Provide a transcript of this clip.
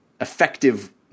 effective